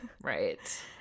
Right